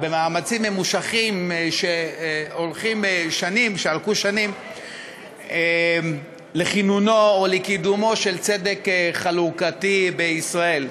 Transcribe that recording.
ממושכים שהלכו שנים לכינונו או לקידומו של צדק חלוקתי בישראל.